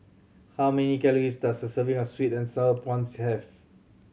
how many calories does a serving of sweet and Sour Prawns have